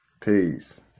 Peace